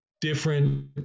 different